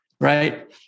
right